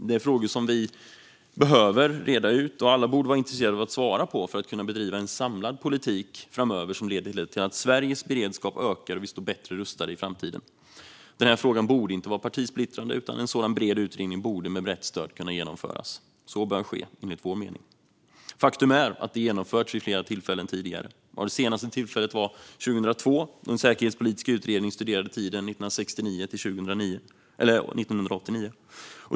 Det är frågor som vi behöver reda ut och som alla borde vara intresserade av att svara på för att kunna bedriva en samlad politik framöver som leder till att Sveriges beredskap ökar och vi står bättre rustade i framtiden. Den här frågan borde inte vara partisplittrande, utan en sådan bred utredning borde med brett stöd kunna genomföras. Så bör enligt vår mening ske. Faktum är att det har genomförts vid flera tidigare tillfällen, varav det senaste tillfället var 2002 då en säkerhetspolitisk utredning studerade tiden 1969-1989.